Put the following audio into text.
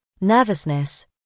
nervousness